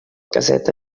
caseta